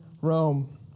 Rome